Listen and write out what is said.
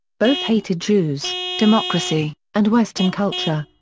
both hated jews, democracy, and western culture.